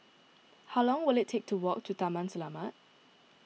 how long will it take to walk to Taman Selamat